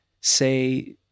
say